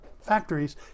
factories